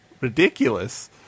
ridiculous